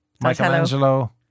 Michelangelo